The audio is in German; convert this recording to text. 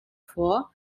vor